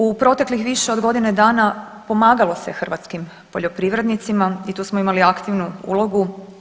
U proteklih više od godine dana pomagalo se hrvatskim poljoprivrednicima i tu smo imali aktivnu ulogu.